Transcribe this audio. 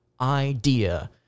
idea